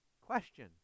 Question